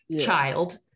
child